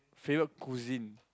favourite cuisine